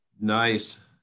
Nice